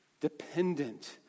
Dependent